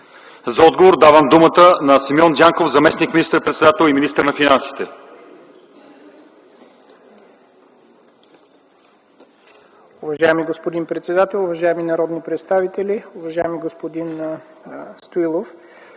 За отговор давам думата на Симеон Дянков, заместник министър-председател и министър на финансите.